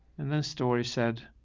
and then story said,